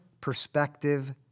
perspective